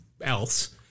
else